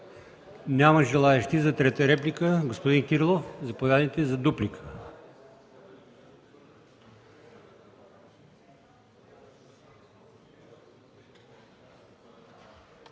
Няма желаещи за трета реплика. Господин Кирилов, заповядайте за дуплика.